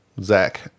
Zach